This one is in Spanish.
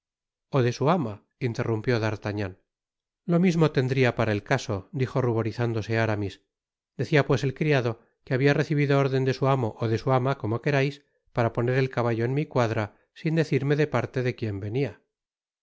o de su ama interrumpió d'artagnan lo mismo tendría para el caso dijo ruborizándose aramis decia pues el criado que habia recibido orden de su amo ó de su ama como querais para poner el caballo en mi cuadra sin decirme de parte de quien venia